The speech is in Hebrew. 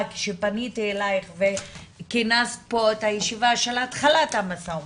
כשפניתי אליך וכינסת פה את הישיבה של התחלת המו"מ,